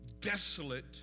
desolate